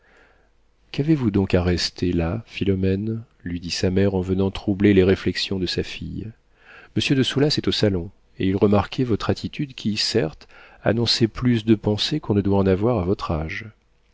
qu'avez-vous donc à rester là philomène lui dit sa mère en venant troubler les réflexions de sa fille monsieur de soulas est au salon et il remarquait votre attitude qui certes annonçait plus de pensées qu'on ne doit en avoir à votre âge